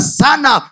sana